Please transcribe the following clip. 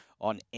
on